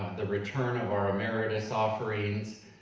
the return of our emeritus offerings.